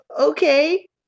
okay